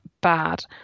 bad